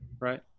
right